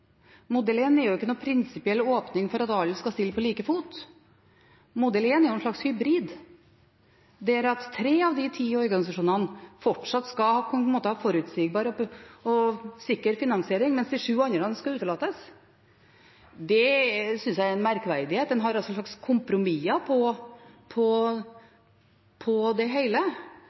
åpning for at alle skal stille på likefot. Modell 1 er en slags hybrid der tre av de ti organisasjonene fortsatt skal ha forutsigbar og sikker finansiering, mens de sju andre skal utelates. Det synes jeg er en merkverdighet. En har altså et slags kompromiss for det hele, og så har en funnet en knagg å henge det